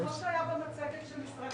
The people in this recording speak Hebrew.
כמו שהיה במצגת של משרד